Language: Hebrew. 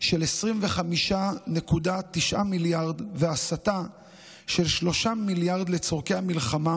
של 25.9 מיליארד והסטה של 3 מיליארד לצורכי המלחמה,